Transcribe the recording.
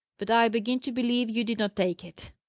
but i begin to believe you did not take it.